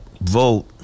vote